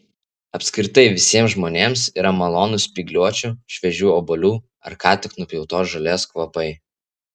apskritai visiems žmonėms yra malonūs spygliuočių šviežių obuolių ar ką tik nupjautos žolės kvapai